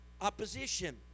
opposition